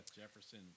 Jefferson